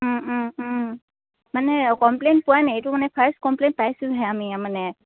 ও ও মানে কমপ্লেইন পোৱাই নাই এইটো মানে ফাৰ্ষ্ট কমপ্লেইন পাইছোঁহে আমি মানে